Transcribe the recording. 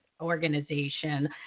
organization